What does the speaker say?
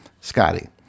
Scotty